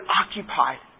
occupied